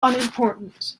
unimportant